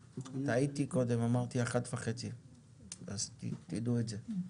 אני טעיתי קודם, אמרתי 13:30. אז רק שתדעו את זה.